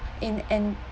in and